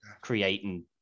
creating